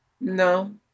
No